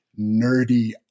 nerdy